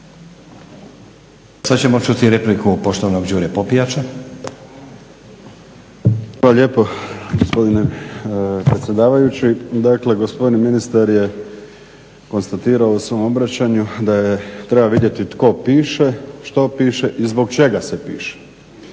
Sad ćemo čuti repliku poštovanog Đure Popijača. **Popijač, Đuro (HDZ)** Hvala lijepo gospodine predsjedavajući. Dakle, gospodin ministar je konstatirao u svom obraćanju da treba vidjeti tko piše, što piše i zbog čega se piše.